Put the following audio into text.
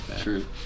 true